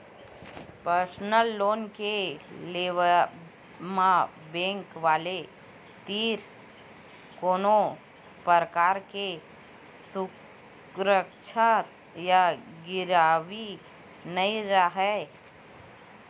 personal loan के लेवब म बेंक वाले तीर कोनो परकार के सुरक्छा या गिरवी नइ राहय